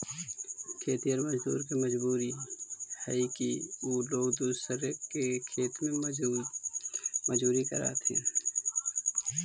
खेतिहर मजदूर के मजबूरी हई कि उ लोग दूसर के खेत में मजदूरी करऽ हथिन